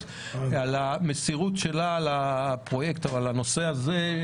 אז רגע, לפני שאתה מגיעה